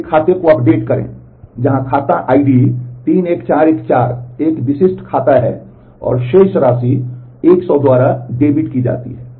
एक खाते को अपडेट करें जहां खाता आईडी 31414 एक विशिष्ट खाता है और शेष राशि 100 द्वारा डेबिट की जाती है